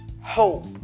hope